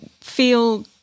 feel